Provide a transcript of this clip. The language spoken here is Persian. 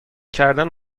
کردن